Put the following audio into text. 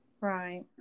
Right